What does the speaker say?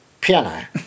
piano